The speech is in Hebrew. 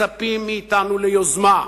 מצפים מאתנו ליוזמה.